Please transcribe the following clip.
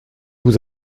vous